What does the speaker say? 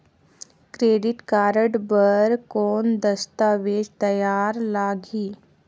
Credit card बर कौन दस्तावेज तैयार लगही?